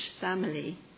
family